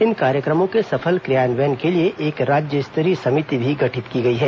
इन कार्यक्रमों के सफल क्रियान्वयन के लिए एक राज्य स्तरीय समिति भी गठित की गई है